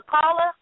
caller